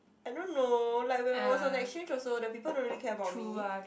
I don't know like when I was on exchange also the people don't really care about me